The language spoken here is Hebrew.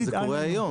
אבל זה קורה היום.